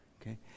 Okay